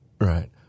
right